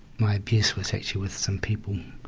my abuse was actually with some people,